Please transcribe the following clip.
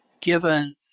given